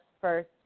first